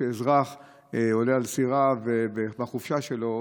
כשאזרח עולה על סירה בחופשה שלו,